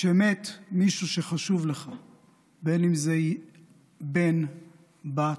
כשמת מישהו שחשוב לך, בין אם זה בן, בת,